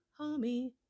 homie